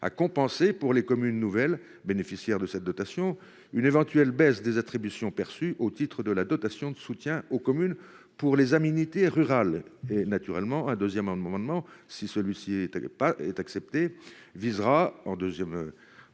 à compenser, pour les communes nouvelles bénéficiaires de cette dotation, une éventuelle baisse des attributions perçues au titre de la dotation de soutien aux communes pour les aménités rurales. Naturellement, si cet amendement est adopté, un second amendement